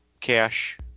cash